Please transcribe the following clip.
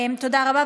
תודה רבה.